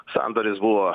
sandoris buvo